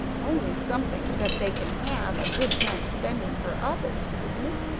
only something that they can have a good time spending for others, isn't it?